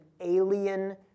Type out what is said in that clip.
alien